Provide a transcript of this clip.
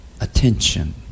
attention